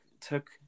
took